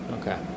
Okay